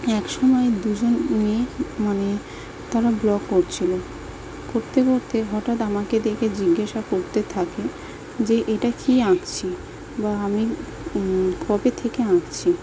এক সময় দুজন মেয়ে মানে তারা ব্লগ করছিল করতে করতে হঠাৎ আমাকে দেখে জিজ্ঞাসা করতে থাকে যে এটা কী আঁকছি বা আমি কবে থেকে আঁকছি